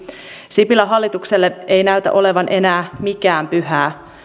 sipilän hallitukselle ei näytä olevan enää mikään pyhää